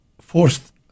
forced